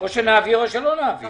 או שנעביר או שלא נעביר.